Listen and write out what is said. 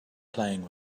playing